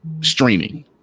streaming